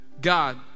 God